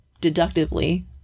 deductively